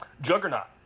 Juggernaut